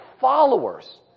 followers